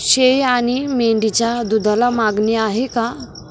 शेळी आणि मेंढीच्या दूधाला मागणी आहे का?